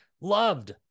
loved